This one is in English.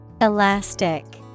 Elastic